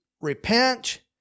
repent